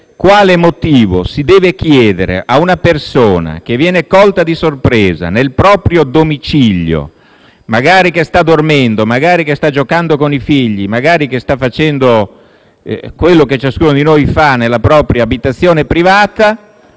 quale motivo si debba chiedere a una persona che viene colta di sorpresa nel proprio domicilio, che magari sta dormendo o giocando con i figli o facendo quello che ciascuno di noi fa nella propria abitazione privata,